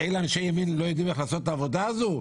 אנשי ימין לא יודעים לעשות את העבודה הזו?